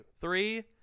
Three